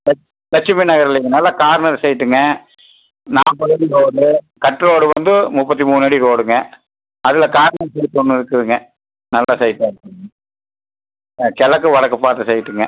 லட் லட்சுமி நகரலிங்கண்ணா நல்லா கார்னர் சைட்டுங்க நாற்பதடி ரோடு கட் ரோடு வந்து முப்பத்தி மூணடி ரோடுங்க அதில் கார்னர் சைட் ஒன்று இருக்குதுங்க நல்ல சைட்டாக இருக்குதுங்க ஆ கிழக்க வடக்கு பார்த்த சைட்டுங்க